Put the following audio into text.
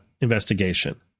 investigation